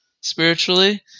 spiritually